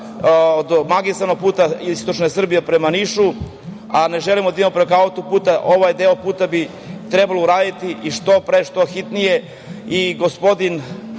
magistralnog puta istočne Srbije prema Nišu, a ne želimo da idemo preko autoputa, ovaj deo puta bi trebalo uraditi što pre, što hitnije. Gospodin